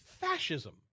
fascism